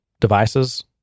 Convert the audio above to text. devices